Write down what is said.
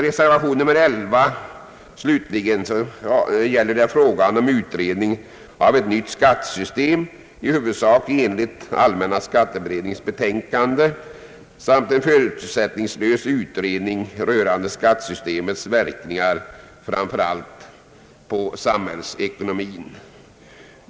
Reservation nr 11 slutligen avser frågan om utredning angående ett nytt skattesystem i huvudsak enligt allmänna skatteberedningens betänkande och en förutsättningslös utredning rörande skattesystemets verkningar, framför allt på samhällsekonomin.